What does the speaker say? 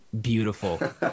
beautiful